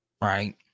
right